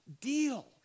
deal